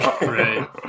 right